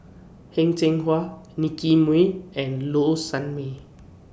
Heng Cheng Hwa Nicky Moey and Low Sanmay